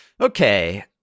Okay